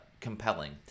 compelling